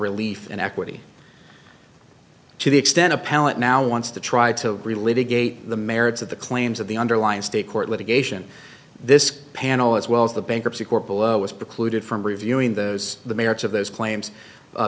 relief in equity to the extent appellant now wants to try to relieve a gate the merits of the claims of the underlying state court litigation this panel as well as the bankruptcy court below is precluded from reviewing those the merits of those claims